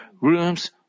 rooms